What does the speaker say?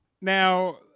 Now